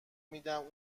میدم